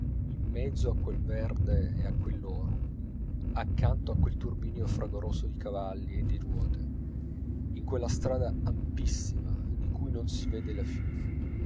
in mezzo a quel verde e a quell'oro accanto a quel turbinio fragoroso di cavalli e di ruote in quella strada ampissima di cui non si vede la fine